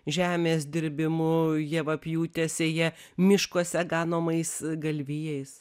žemės dirbimu javapjūte sėja miškuose ganomais galvijais